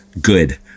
good